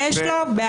יש לו.